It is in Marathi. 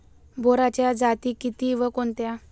बोराच्या जाती किती व कोणत्या?